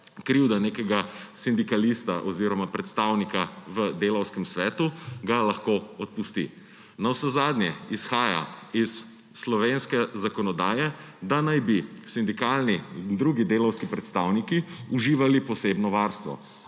krivda nekega sindikalista oziroma predstavnika v delavskem svetu, ga lahko odpusti. Navsezadnje izhaja iz slovenske zakonodaje, da naj bi sindikalni in drugi delavski predstavniki uživali posebno varstvo,